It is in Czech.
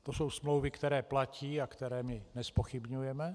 To jsou smlouvy, které platí a které my nezpochybňujeme.